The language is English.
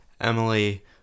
Emily